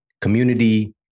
community